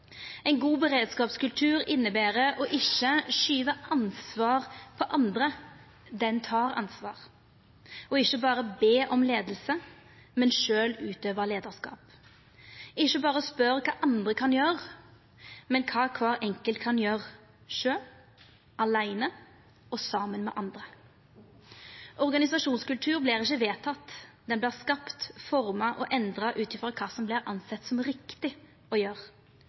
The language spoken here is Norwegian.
Ein god beredskapskultur inneber å ikkje skyva ansvar på andre. Ein god beredskapskultur tek ansvar og ber ikkje berre om leiing, men utøver sjølv leiarskap, spør ikkje berre kva andre kan gjera, men kva kvar enkelt kan gjera sjølv – aleine og saman med andre. Organisasjonskultur vert ikkje vedteken, han vert skapt, forma og endra ut frå kva som vert sett på som riktig å